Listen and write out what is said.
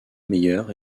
meilleur